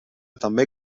també